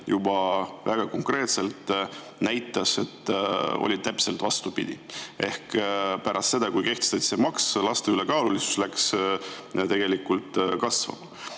juba väga konkreetselt näidanud, et oli täpselt vastupidi: pärast seda, kui kehtestati see maks, hakkas laste ülekaalulisus tegelikult kasvama.